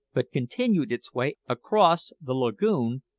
but continued its way across the lagoon,